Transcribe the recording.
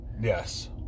Yes